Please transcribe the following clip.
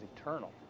eternal